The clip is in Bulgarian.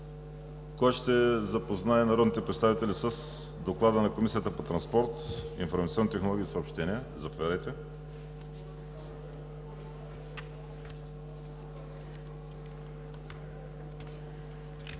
Кой ще запознае народните представители с Доклада на Комисията по транспорт, информационни технологии и съобщенията? Заповядайте.